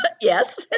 yes